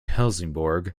helsingborg